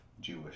Jewish